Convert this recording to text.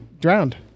Drowned